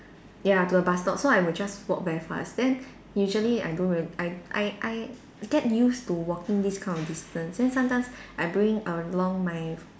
ya to a bus stop so I would just walk very fast then usually I don't rem~ I I I get used to walking this kind of distance then sometimes I bring along my